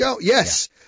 yes